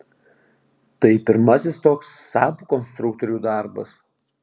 tai pirmasis toks saab konstruktorių darbas